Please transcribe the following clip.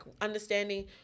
understanding